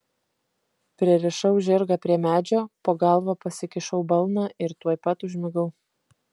pririšau žirgą prie medžio po galva pasikišau balną ir tuoj pat užmigau